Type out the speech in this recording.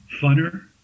funner